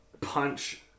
punch